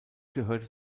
gehörte